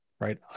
Right